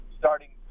starting